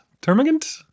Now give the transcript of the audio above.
Termagant